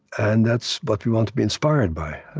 and that's what we want to be inspired by.